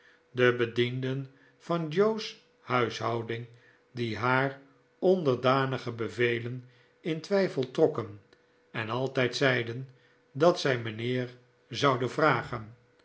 de bedienden van jos huishouding die haar onderdanige bevelen in twijfel trokken en altijd ze'iden dat zij mijnheer zouden vragen